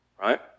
right